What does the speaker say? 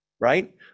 right